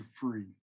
free